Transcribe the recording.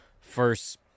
first